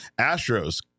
Astros